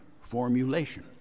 formulation